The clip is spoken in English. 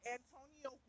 Antonio